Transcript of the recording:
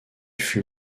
fut